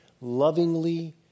lovingly